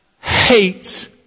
hates